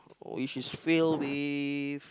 which is filled with